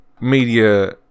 media